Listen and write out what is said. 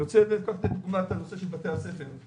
אני רוצה לתת את הדוגמה של בתי הספר.